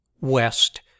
west